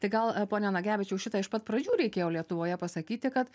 tai gal pone nagevičiau šitą iš pat pradžių reikėjo lietuvoje pasakyti kad